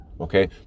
Okay